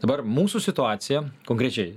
dabar mūsų situacija konkrečiai